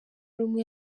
rumwe